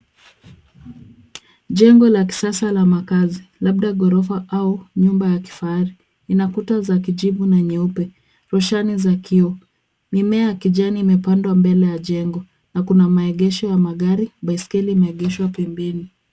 Jengo la sasa la makazi. Labda ghorofa au nyumba ya kifahari inakuta za kijivu na nyeupe. Roshani za kioo. Mimea ya kijani imepandwa mbele ya jengo na Kuna maegesho ya magari. Baiskeli imeegeshwa pembeni.